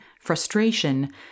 frustration